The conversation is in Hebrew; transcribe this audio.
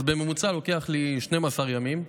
אז בממוצע לוקח לי 12 ימים,